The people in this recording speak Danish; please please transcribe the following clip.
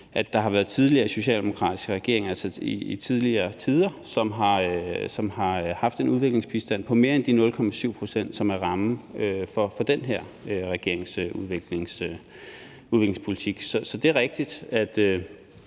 at der har været tidligere socialdemokratiske regeringer i tidligere tider, som har haft en udviklingsbistand på mere end de 0,7 pct., som er rammen for den her regerings udviklingspolitik. Så det er rigtigt, at